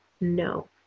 no